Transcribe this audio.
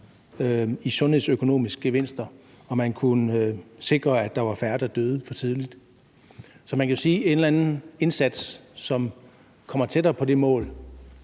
i sundhedsøkonomiske gevinster, og man kunne sikre, at der var færre, der døde for tidligt. Så man kan jo sige, at en eller anden indsats, som får os tættere på det mål,